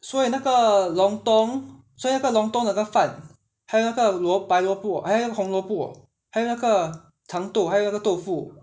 所以那个 lontong 所以那个 lontong 的那个饭还有那个萝白萝卜 eh 那个红萝卜还有那个长豆还有那个豆腐